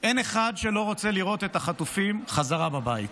אין אחד שלא רוצה לראות את החטופים חזרה בבית,